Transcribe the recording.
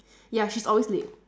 ya she's always late